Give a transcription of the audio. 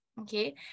Okay